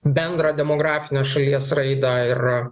bendrą demografinę šalies raidąir